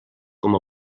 com